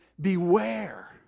Beware